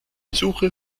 suche